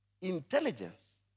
intelligence